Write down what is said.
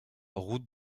route